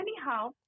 anyhow